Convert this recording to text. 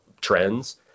trends